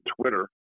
Twitter